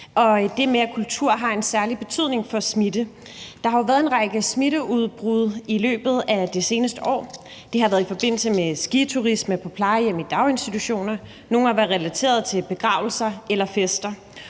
det med, at kultur har en særlig betydning for smitte. Der har jo været en række smitteudbrud i løbet af det seneste år, og det har været i forbindelse med skiturisme, på plejehjem og i daginstitutioner, nogle har været relateret til begravelser eller fester,